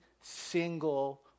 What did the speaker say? single